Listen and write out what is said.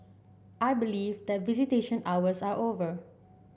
I believe that visitation hours are over